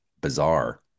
bizarre